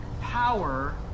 power